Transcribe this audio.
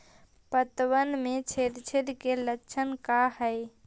पतबन में छेद छेद के लक्षण का हइ?